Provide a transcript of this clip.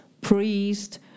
priest